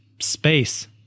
space